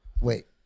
Wait